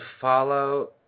follow